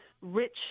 rich